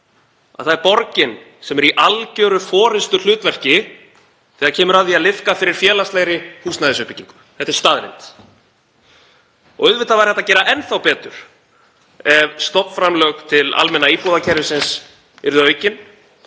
að það er borgin sem er í algjöru forystuhlutverki þegar kemur að því að liðka fyrir félagslegri húsnæðisuppbyggingu. Þetta er staðreynd. Auðvitað væri hægt að gera enn þá betur; ef stofnframlög til almenna íbúðakerfisins yrðu aukin